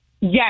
yes